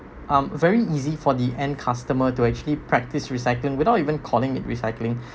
um very easy for the end customer to actually practice recycling without even calling it recycling